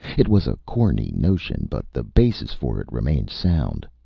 it was a corny notion, but the basis for it remained sound.